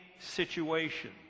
situation